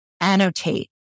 annotate